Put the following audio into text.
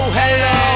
hello